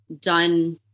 done